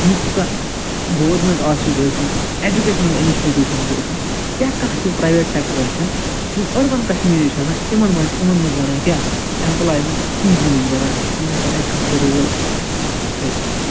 یُس ہسا government offices ٲسِن ایٚجوٗکیشَنل اِنَسٹِٹیٛوٗشَنٕز ٲسِن یا کانٛہہ تہِ پرٛایویٹ سیٚکٹَر ٲسِن یِم أربَن کشمیٖری چھِ آسان یِمَن منٛز چھِ یِمَن منٛز بنان کیٛاہ ایٚمپٕلایمیٚنٛٹ ایٖزِیٖلی چھِ بنان اِم ہیٚکَن اَتہِ کانٛہہ تہِ رول کٔرِتھ پَنُن